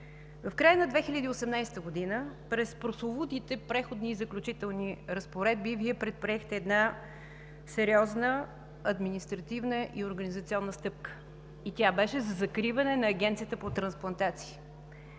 В края на 2018 г. през прословутите Преходни и заключителни разпоредби Вие предприехте сериозна административна и организационна стъпка. Тя беше за закриване на Агенцията по трансплантации.